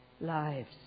lives